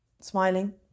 smiling